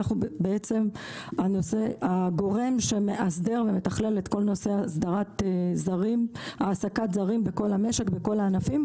אנחנו הגורם שמאסדר ומתכלל את כל נושא העסקת זרים בכל המשק ובכל הענפים,